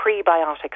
prebiotics